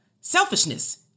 Selfishness